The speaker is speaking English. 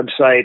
website